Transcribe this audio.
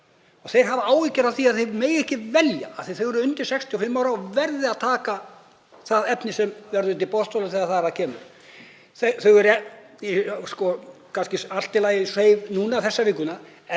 Þeir hafa áhyggjur af því að þeir megi ekki velja, þeir séu undir 65 ára og verði að taka það efni sem verður á boðstólum þegar þar að kemur. Það er kannski allt í lagi þessa vikuna,